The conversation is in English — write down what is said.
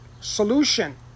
solution